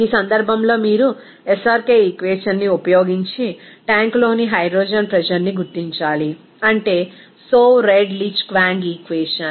ఈ సందర్భంలో మీరు SRK ఈక్వేషన్ ని ఉపయోగించి ట్యాంక్లోని హైడ్రోజన్ ప్రెజర్ ని గుర్తించాలి అంటే సోవ్ రెడ్లిచ్ క్వాంగ్ ఈక్వేషన్